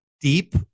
deep